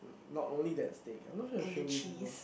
um not only that steak I'm not sure if I show you before